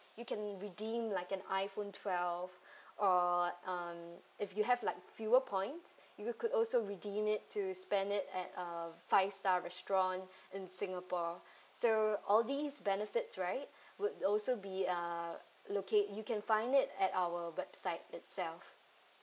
you can redeem like an iPhone twelve or um if you have like fewer points you could also redeem it to spend it at uh five star restaurant in singapore so all these benefits right would also be uh locate you can find it at our website itself